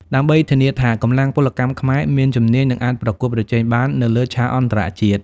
ដើម្បីធានាថាកម្លាំងពលកម្មខ្មែរមានជំនាញ និងអាចប្រកួតប្រជែងបាននៅលើឆាកអន្តរជាតិ។